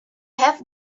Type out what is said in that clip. have